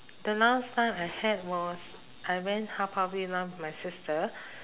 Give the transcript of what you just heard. the last time I had was I went haw par villa with my sister